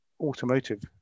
automotive